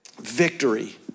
Victory